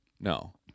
No